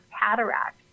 cataract